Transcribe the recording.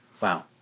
Wow